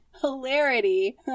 hilarity